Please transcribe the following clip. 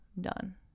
done